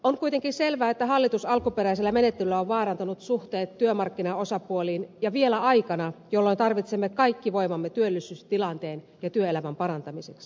on kuitenkin selvää että hallitus alkuperäisellä menettelyllään on vaarantanut suhteet työmarkkinaosapuoliin ja vielä aikana jolloin tarvitsemme kaikki voimamme työllisyystilanteen ja työelämän parantamiseksi